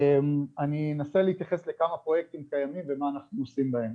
אני אנסה להתייחס לכמה פרויקטים קיימים ומה אנחנו עושים בהם,